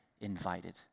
invited